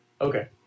Okay